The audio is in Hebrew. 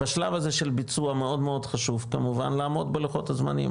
בשלב הזה של ביצוע מאוד מאוד חשוב כמובן לעמוד בלוחות הזמנים,